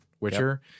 Witcher